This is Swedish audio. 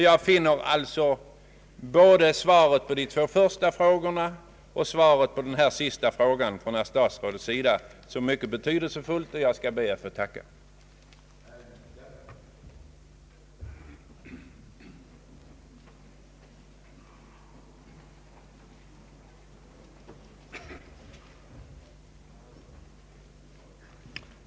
Jag anser att både svaret på mina två första frågor och herr statsrådets svar på den sista frågan i min interpellation är mycket betydelsefulla. Jag ber därför att än en gång få tacka herr statsrådet.